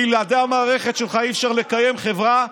בלעדי המערכת שלך אי-אפשר לקיים חברה,